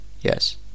Yes